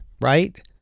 right